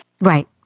Right